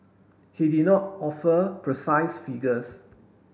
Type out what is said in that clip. he did not offer precise figures